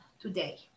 today